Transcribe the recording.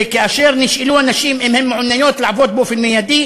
וכאשר הן נשאלו אם הן מעוניינות לעבוד מייד,